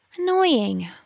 annoying